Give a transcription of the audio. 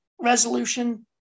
resolution